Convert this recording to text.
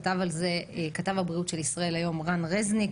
כתב על זה כתב הבריאות של ישראל היום, רן רזניק,